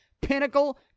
Pinnacle